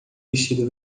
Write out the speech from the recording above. vestido